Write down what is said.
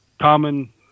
common